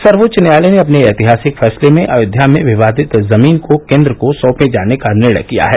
सर्वोच्च न्यायालय ने अपने ऐतिहासिक फैसले में अयोध्या में विवादित जमीन को केन्द्र को साँपे जाने का निर्णय किया है